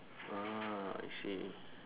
ah I see